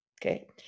Okay